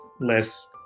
less